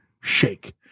shake